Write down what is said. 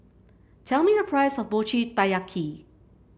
tell me the price of Mochi Taiyaki